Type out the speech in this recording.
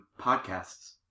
podcasts